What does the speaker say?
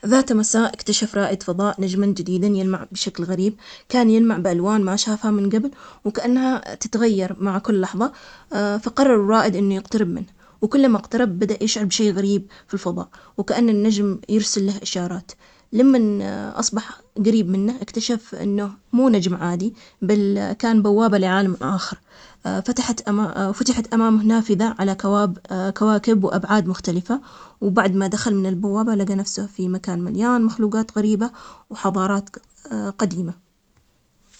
ذات مساء، اكتشف رائد فضاء نجما جديد يلمع بشكل غريب. كان يلمع بألوان ما شافها من قبل، وكأنها تتغير مع كل لحظة، فقرر الرائد إنه يقترب منه، وكلما اقترب بدء يشعر بشيء غريب في الفضاء، وكأن النجم يرسل له إشارات لمن أصبح قريب منه، اكتشف إنه مو نجم عادي بل كان بوابة لعالم آخر. فتحت أمامه نافذة على كواب- كواكب وأبعاد مختلفة. وبعد ما دخل من البوابة لقى نفسه في مكان مليان مخلوقات غريبة وحضارات قديمة.